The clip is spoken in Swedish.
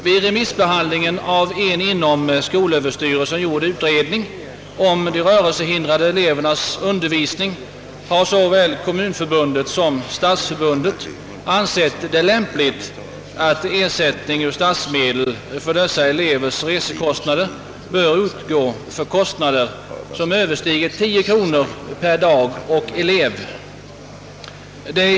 Vid remissbehandlingen av en inom skolöverstyrelsen gjord utredning om de rörelsehindrades undervisning har såväl Kommunförbundet som Stadsförbundet uttalat att det är lämpligt att ersättning av statsmedel för dessa elevers resekostnader utgår när kostnaden överstiger 10 kronor per dag och elev.